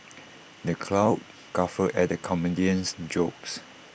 the crowd guffawed at the comedian's jokes